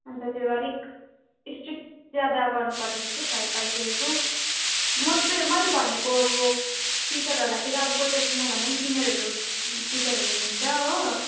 अन्त त्यो अलिक स्ट्रिक ज्यादा गर्नुपर्ला जस्तो छ यो पालिदेखिको मैले भनेको अब टिचरहरूलाई अब कोही त फेरि म भन्दा पनि सिनियरहरू टिचरहरू हुनुहुन्छ हो